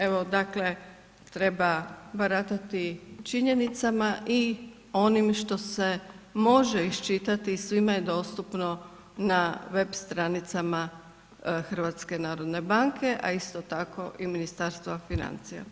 Evo dakle, treba baratati činjenicama i onim što se može iščitati i svima je dostupno na web stranicama HNB-a a isto tako i Ministarstva financija.